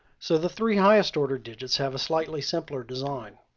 so the three highest order digits have a slightly simpler design.